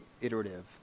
iterative